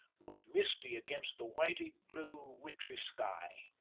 looked misty against the whitey-blue wintry sky.